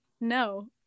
no